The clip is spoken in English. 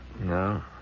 No